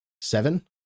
seven